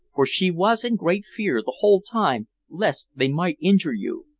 for she was in great fear the whole time lest they might injure you.